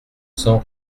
cents